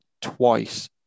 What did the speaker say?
twice